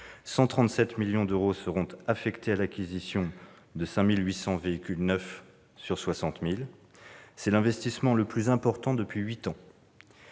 137 millions d'euros seront affectés à l'acquisition de 5 800 véhicules neufs sur 60 000. C'est l'investissement le plus important depuis huit ans.